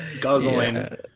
guzzling